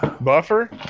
Buffer